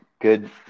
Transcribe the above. good –